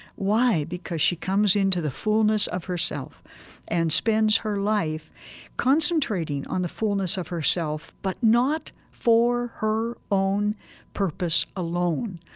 why? because she comes into the fullness of herself and spends her life concentrating on the fullness of herself, but not for her own purpose alone,